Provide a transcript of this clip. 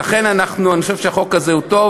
לכן אני חושב שהחוק הזה הוא טוב,